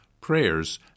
prayers